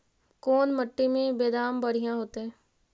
कोन मट्टी में बेदाम बढ़िया होतै?